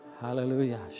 Hallelujah